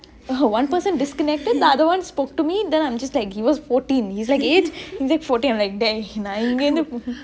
oh one person disconnected the other one spoke to me then I'm just like he was fourteen he's like age he's said fourteen like dey நா இங்கெருந்து:naa inggerunthu